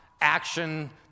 action